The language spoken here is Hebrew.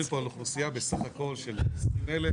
מדברים פה על אוכלוסייה בסך הכל של 20,000,